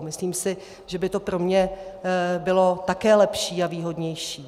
Myslím si, že by to pro mě bylo také lepší a výhodnější.